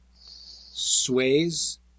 sways